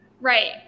Right